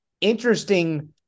interesting